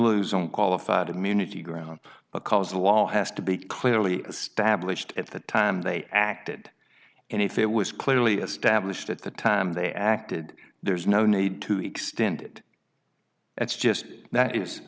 lose on qualified immunity ground because the law has to be clearly established at the time they acted and if it was clearly established at the time they acted there's no need to extend it it's just that is